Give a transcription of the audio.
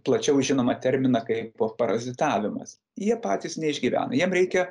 plačiau žinomą terminą kaip parazitavimas jie patys neišgyvena jiem reikia